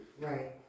Right